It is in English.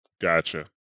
gotcha